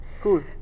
Cool